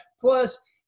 Plus